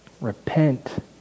Repent